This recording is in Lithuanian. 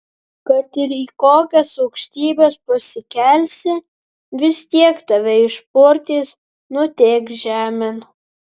kad ir į kokias aukštybes pasikelsi vis tiek tave išpurtys nutėkš žemėn